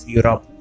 Europe